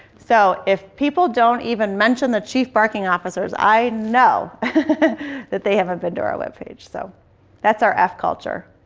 so if people don't even mention the chief barking officers, i know that they haven't been to our web page. so that's our f culture.